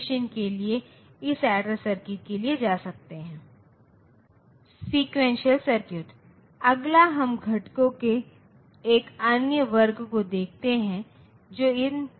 तो x 3 के बराबर मान्य नहीं है उसी तरह y 4 के बराबर भी मान्य नहीं है क्योंकि यहाँ यह 35 है इसलिए 5 बेस हमें एक अंक मिला है जो कि 5 है और बेस को 5 से अधिक होना है